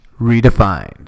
Redefined